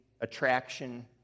attraction